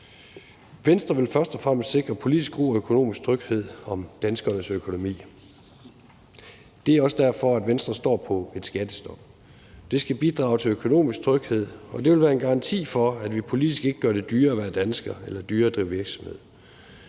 Venstre vil først og fremmest sikre politisk ro og økonomisk tryghed om danskernes økonomi. Det er også derfor, Venstre står på et skattestop. Det skal bidrage til økonomisk tryghed, og det vil være en garanti for, at vi fra politisk hold ikke gør det dyrere at være dansker eller dyrere at drive virksomhed.